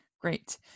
Great